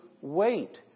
wait